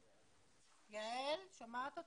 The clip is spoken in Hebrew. אם הוא לא יודע להתנהל כלכלית, אז זה לא יעזור לו.